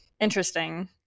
interesting